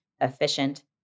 efficient